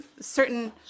certain